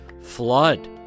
flood